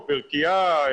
ברכיה,